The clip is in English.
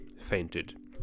fainted